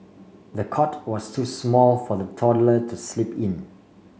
the cot was so small for the toddler to sleep in